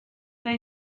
they